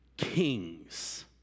Kings